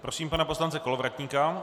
Prosím pana poslance Kolovratníka.